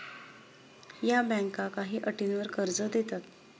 या बँका काही अटींवर कर्ज देतात